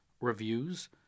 reviews